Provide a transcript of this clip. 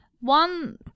One